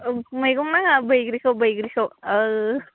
औ मैगं नाङा बैग्रिखौ बैग्रिखौ